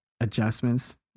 adjustments